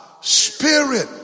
spirit